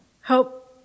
help